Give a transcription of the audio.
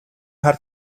хар